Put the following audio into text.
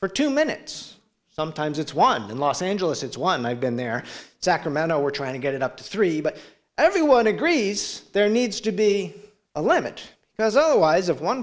for two minutes sometimes it's one in los angeles it's one i've been there sacramento we're trying to get it up to three but everyone agrees there needs to be a limit as otherwise of one